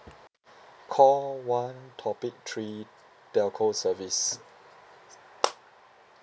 call one topic three telco service